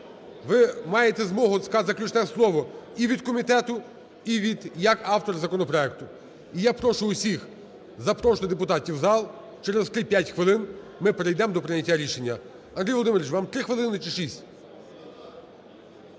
ви маєте змогу сказати заключне слово і від комітету, і як автор законопроекту. І я прошу всіх, запрошую депутатів у зал, через 3-5 хвилин ми перейдемо до прийняття рішення. Андрію Володимировичу, вам 3 хвилини чи 6?